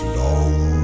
long